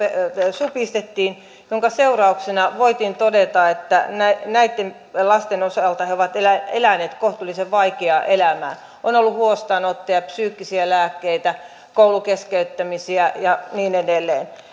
supistettiin minkä seurauksena voitiin todeta näitten lasten osalta että he ovat eläneet kohtuullisen vaikeaa elämää on ollut huostaanottoja psyykenlääkkeitä koulukeskeyttämisiä ja niin edelleen